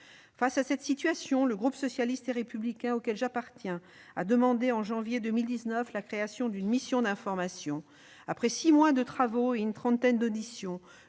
Face à cette situation, le groupe socialiste et républicain, auquel j'appartiens, a demandé, en janvier 2019, la création d'une mission d'information. Après six mois de travaux et une trentaine d'auditions,